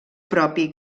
propi